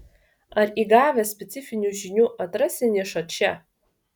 ar įgavęs specifinių žinių atrasi nišą čia